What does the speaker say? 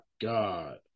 god